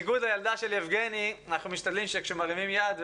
המזכירות הפדגוגית אחראית על התוכן הנלמד,